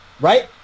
right